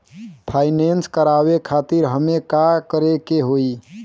Finance करावे खातिर हमें का करे के होई?